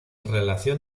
relación